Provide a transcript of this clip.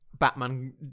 Batman